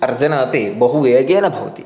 अर्जनमपि बहु वेगेन भवति